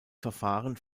verfahren